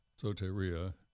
Soteria